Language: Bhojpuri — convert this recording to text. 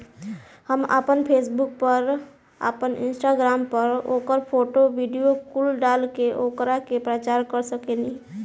हम आपना फेसबुक पर, आपन इंस्टाग्राम पर ओकर फोटो, वीडीओ कुल डाल के ओकरा के प्रचार कर सकेनी